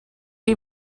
chi